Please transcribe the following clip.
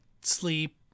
sleep